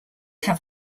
have